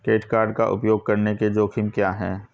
Credit card का उपयोग करने के जोखिम क्या हैं?